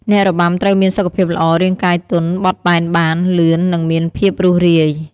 អ្នករបាំត្រូវមានសុខភាពល្អ រាងកាយទន់ បត់បែនបាន លឿន និងមានភាពរួសរាយ។